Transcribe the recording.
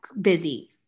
busy